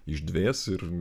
išdvės ir